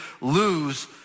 lose